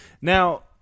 Now